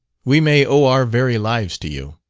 we may owe our very lives to you!